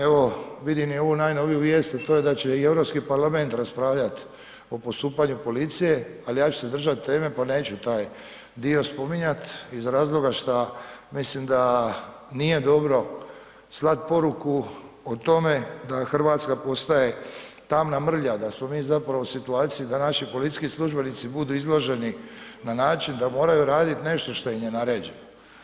Evo, vidim i ovu najnoviju vijest, a to je da će i Europski parlament raspravljat o postupanju policije, ali ja ću se držat teme, pa neću taj dio spominjat iz razloga šta, mislim da nije dobro slat poruku o tome da RH postaje tamna mrlja, da smo mi zapravo u situaciji da naši policijski službenici budu izloženi na način da moraju radit nešto što im je naređeno.